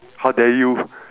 how dare you